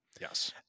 Yes